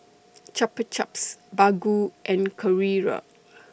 Chupa Chups Baggu and Carrera